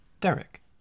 Derek